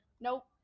Nope